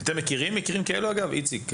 איציק,